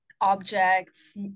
objects